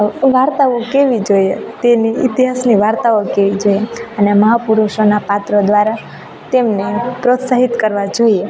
વાર્તાઓ કહેવી જોઈએ તેમને ઇતિહાસની વાર્તાઓ કહેવી જોઈએ અને મહાપુરુષોના પાત્રો દ્વારા તેમને પ્રોત્સાહિત કરવાં જોઈએ